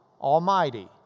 almighty